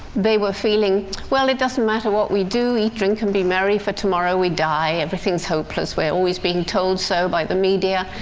they were feeling, well, it doesn't matter what we do eat, drink and be merry, for tomorrow we die. everything is hopeless we're always being told so by the media.